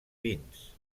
fins